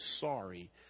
sorry